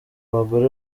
bagore